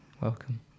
Welcome